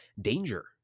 danger